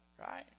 right